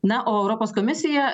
na o europos komisija